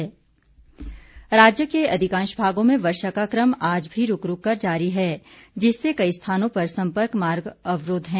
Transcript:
मौसम राज्य के अधिकांश भागों में वर्षा का क्रम आज भी रुक रुक कर जारी है जिससे कई स्थानों पर सम्पर्क मार्ग अवरुद्ध हैं